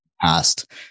past